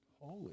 Holy